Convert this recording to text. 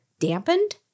dampened